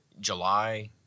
july